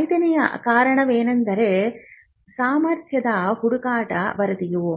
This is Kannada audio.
ಐದನೇ ಕಾರಣವೆಂದರೆ ಸಾಮರ್ಥ್ಯದ ಹುಡುಕಾಟ ವರದಿಯು